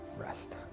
rest